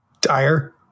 dire